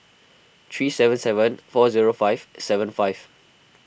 three seven seven four zero five seven five